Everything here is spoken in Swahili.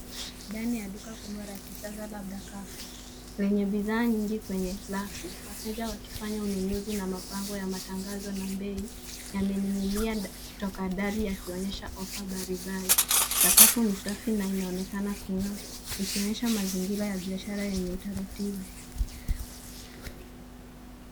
Ndani ya duka kubwa la kisasa labda Carrefour ,lenye bidhaa nyingi kwenye rafu, wateja wakifanya ununuzi na mabango ya matangazo na bei ,yamening'inia kutoka dari ,yakionyesha ofa mbalimbali. Sakafu ni safi na inaonekana kung'aa, ikionyesha mazingira ya biashara yenye utaratibu.